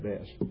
best